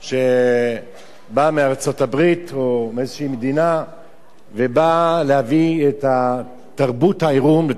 שבא מארצות-הברית או מאיזו מדינה להביא את תרבות העירום לתוך